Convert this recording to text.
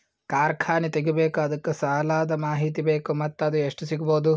ಕಾರ್ಖಾನೆ ತಗಿಬೇಕು ಅದಕ್ಕ ಸಾಲಾದ ಮಾಹಿತಿ ಬೇಕು ಮತ್ತ ಅದು ಎಷ್ಟು ಸಿಗಬಹುದು?